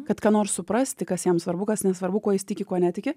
kad ką nors suprasti kas jam svarbu kas nesvarbu kuo jis tiki kuo netiki